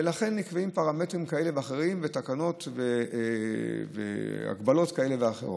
ולכן נקבעים פרמטרים כאלה ואחרים ותקנות והגבלות כאלה ואחרות.